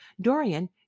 Dorian